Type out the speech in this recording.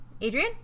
adrian